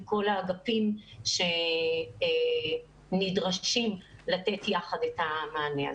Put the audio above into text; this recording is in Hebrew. כל האגפים שנדרשים לתת יחד את המענה הזה.